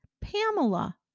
Pamela